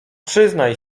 przyznaj